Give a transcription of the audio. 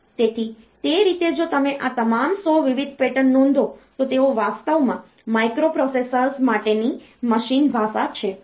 તેથી તે રીતે જો તમે આ તમામ 100 વિવિધ પેટર્ન નોંધો તો તેઓ વાસ્તવમાં માઇક્રોપ્રોસેસર માટેની મશીન ભાષા છે